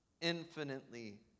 Infinitely